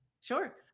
Sure